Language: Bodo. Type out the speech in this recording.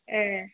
ए